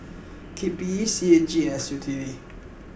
K P E C A G and S U T D